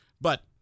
but-